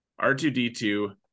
r2d2